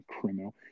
criminal